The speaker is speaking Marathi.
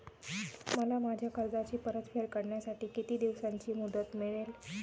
मला माझ्या कर्जाची परतफेड करण्यासाठी किती दिवसांची मुदत मिळेल?